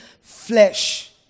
flesh